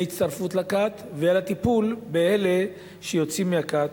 הצטרפות לכת ועל הטיפול באלה שיוצאים מהכת,